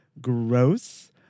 gross